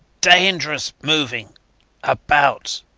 dangerous. moving about.